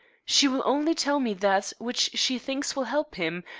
she will only tell me that which she thinks will help him,